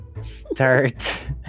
start